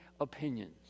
opinions